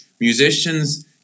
musicians